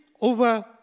over